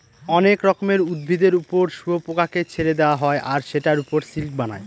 অনেক রকমের উদ্ভিদের ওপর শুয়োপোকাকে ছেড়ে দেওয়া হয় আর সেটার ওপর সিল্ক বানায়